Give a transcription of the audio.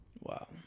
Wow